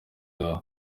bwawe